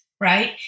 right